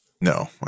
no